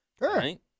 Right